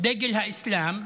דגל האסלאם,